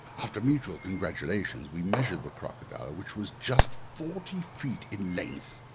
after mutual congratulations, we measured the crocodile, which was just forty feet in length.